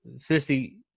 Firstly